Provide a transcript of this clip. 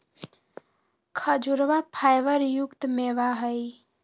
खजूरवा फाइबर युक्त मेवा हई